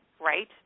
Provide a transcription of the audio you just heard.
right